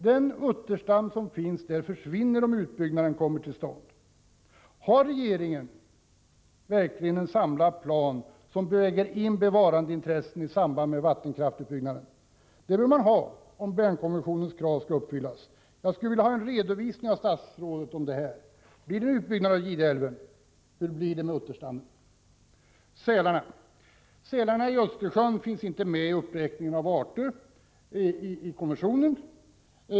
Den utterstam som finns där försvinner, om utbyggnaden kommer till stånd. Har regeringen verkligen en samlad plan, som väger in bevarandeintressen i samband med vattenkraftsutbyggnaden? Det bör man ha, om Bernkonventionens krav skall uppfyllas. Jag skulle vilja ha en redovisning från statsrådet om detta. Blir det en utbyggnad av Gideälven, och hur blir det med utterstammen? Sälarna i Östersjön finns inte med i uppräkningen av arter i konventionen.